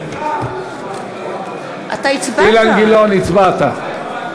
אילן גילאון, הצבעת.